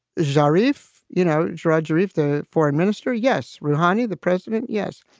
zarif, you know, drudgery. the foreign minister. yes. rouhani, the president. yes.